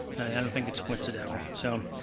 i don't think it's coincidental. so